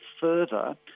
further